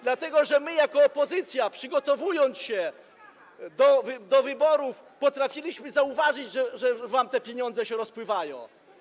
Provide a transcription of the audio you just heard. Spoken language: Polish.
Dlatego że my jako opozycja, przygotowując się do wyborów, potrafiliśmy zauważyć, że wam te pieniądze się rozpływają.